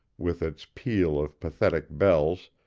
with its peal of pathetic bells,